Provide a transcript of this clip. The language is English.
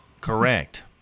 Correct